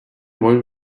wollen